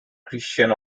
christian